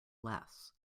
less